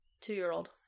Two-year-old